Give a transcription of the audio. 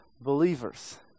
believers